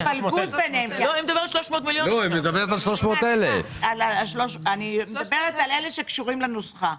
היא מדברת על 300,000. אני מדברת על אלה שקשורים לנוסחה,